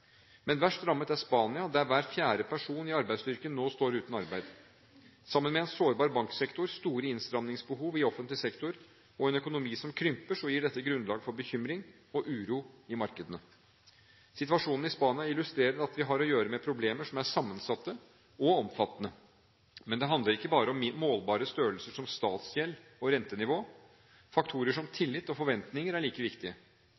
Men verst rammet er Spania, der hver fjerde person i arbeidsstyrken nå står uten arbeid. Sammen med en sårbar banksektor, store innstramningsbehov i offentlig sektor og en økonomi som krymper, gir dette grunnlag for bekymring og uro i markedene. Situasjonen i Spania illustrerer at vi har å gjøre med problemer som er sammensatte og omfattende. Men det handler ikke bare om målbare størrelser som statsgjeld og rentenivå. Faktorer som tillit og forventninger er like viktige.